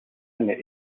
singer